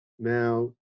Now